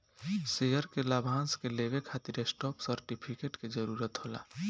share के लाभांश के लेवे खातिर स्टॉप सर्टिफिकेट के जरूरत होला